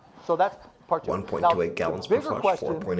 so that's part two. now bigger question.